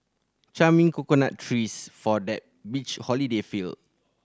charming coconut trees for that beach holiday feel